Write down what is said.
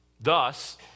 Thus